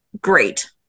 great